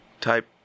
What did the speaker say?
type